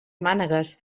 mànegues